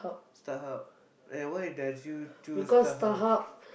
StarHub and why does you choose StarHub